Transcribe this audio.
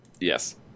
yes